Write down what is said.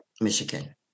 Michigan